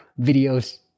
videos